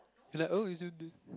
you're like oh